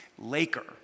Laker